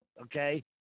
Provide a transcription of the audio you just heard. okay